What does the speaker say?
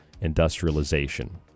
industrialization